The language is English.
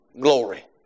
glory